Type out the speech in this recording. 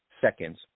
seconds